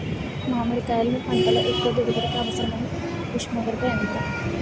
మామిడికాయలును పంటలో ఎక్కువ దిగుబడికి అవసరమైన ఉష్ణోగ్రత ఎంత?